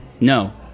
No